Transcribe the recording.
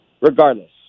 regardless